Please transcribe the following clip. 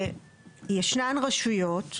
שישנן רשויות,